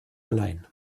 allein